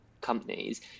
companies